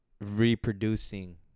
reproducing